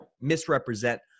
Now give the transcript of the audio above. misrepresent